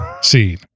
scene